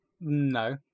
No